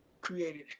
created